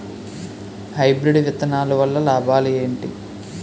Hybrid విత్తనాలు వల్ల లాభాలు ఏంటి?